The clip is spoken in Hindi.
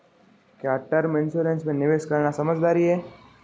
क्या टर्म इंश्योरेंस में निवेश करना समझदारी है?